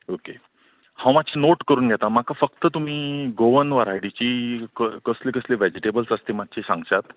okay हांव मातशें note करून घेतां म्हाका फक्त तुमी गोवन वरायटीची कसली कसली वॅजीटेबल्स आसात ती मातशी सांगश्यात